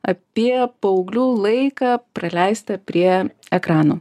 apie paauglių laiką praleistą prie ekranų